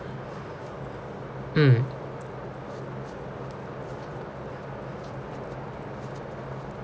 mm